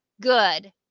good